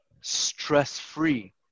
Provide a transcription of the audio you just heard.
stress-free